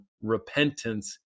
repentance